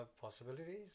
possibilities।